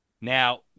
Now